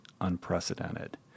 unprecedented